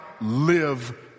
live